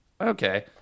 Okay